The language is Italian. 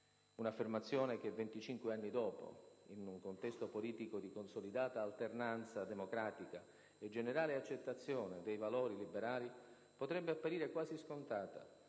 Un'affermazione che venticinque anni dopo, in un contesto politico di consolidata alternanza democratica e generale accettazione dei valori liberali, potrebbe apparire quasi scontata,